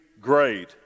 great